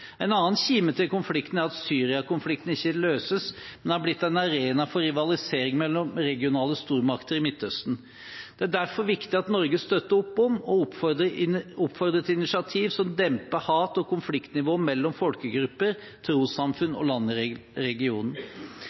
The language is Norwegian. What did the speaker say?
En annen kime til konflikten er at Syria-konflikten ikke løses, men er blitt en arena for rivalisering mellom regionale stormakter i Midtøsten. Det er derfor viktig at Norge støtter opp om og oppfordrer til initiativ som demper hat- og konfliktnivået mellom folkegrupper, trossamfunn og land i regionen.